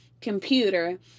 computer